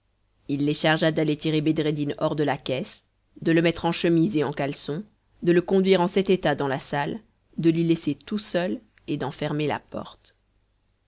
il les chargea d'aller tirer bedreddin hors de la caisse de le mettre en chemise et en caleçon de le conduire en cet état dans la salle de l'y laisser tout seul et d'en fermer la porte